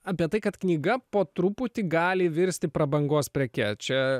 apie tai kad knyga po truputį gali virsti prabangos preke čia